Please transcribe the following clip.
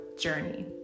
journey